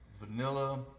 Vanilla